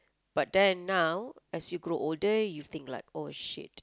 but then now as you grow older you think like oh shit